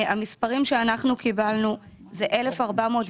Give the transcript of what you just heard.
המספרים שאנחנו קיבלנו הם כ-1,410